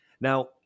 Now